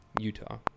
Utah